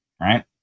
right